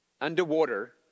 underwater